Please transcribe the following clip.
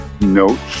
notes